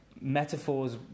metaphors